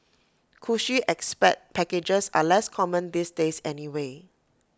cushy expat packages are less common these days anyway